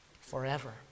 forever